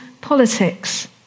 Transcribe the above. politics